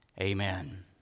amen